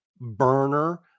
burner